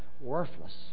worthless